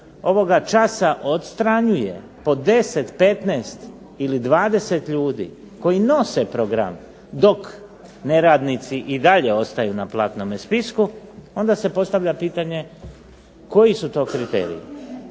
ovoga časa odstranjuje po 10, 15 ili 20 ljudi koji nose program, dok neradnici i dalje ostaju na platnome spisku, onda se postavlja pitanje koji su to kriteriji?